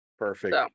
Perfect